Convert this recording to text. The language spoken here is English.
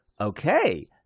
okay